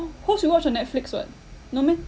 host we watched on netflix [what] no meh